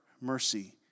mercy